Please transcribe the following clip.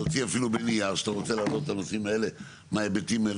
תוציא אפילו בנייר שאתה רוצה להעלות את הנושאים האלה מההיבטים האלה,